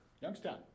Youngstown